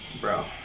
Bro